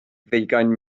ddeugain